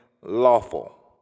lawful